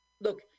look